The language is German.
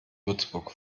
würzburg